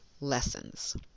lessons